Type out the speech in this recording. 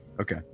Okay